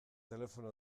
telefono